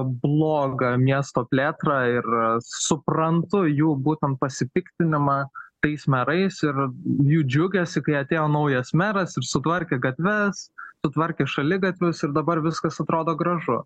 blogą miesto plėtrą ir suprantu jų būtent pasipiktinimą tais merais ir jų džiugesiu kai atėjo naujas meras ir sutvarkė gatves tvarkė šaligatvius ir dabar viskas atrodo gražu